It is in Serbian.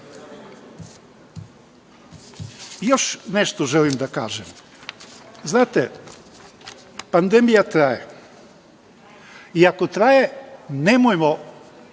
nešto želim da kažem. Znate, pandemija traje i ako traje, nemojmo